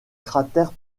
cratère